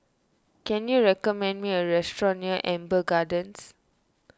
can you recommend me a restaurant near Amber Gardens